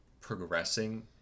progressing